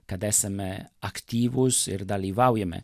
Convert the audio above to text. kad esame aktyvūs ir dalyvaujame